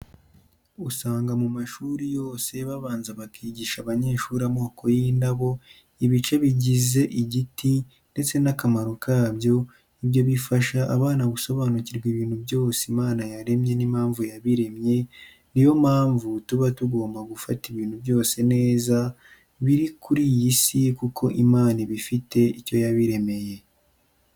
Usanga mu mashuri yose babanza bakigisha abanyeshuri amoko y'indabo, ibice bigize igiti ndetse n'akamaro kabyo, ibyo bifasha abana gusobanukirwa ibintu byose Imana yaremye n'impamvu yabiremye, niyo mpamvu tuba tugomba gufata ibintu byose neza biri kuri iy'Isi kuko Imana iba ifite icyo yabiremeye.